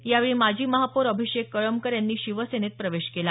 यावेळी माजी महापौर अभिषेक कळमकर यांनी शिवसेनेत प्रवेश केला